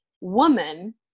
woman